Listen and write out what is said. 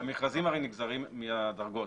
המכרזים הרי נגזרים מהדרגות,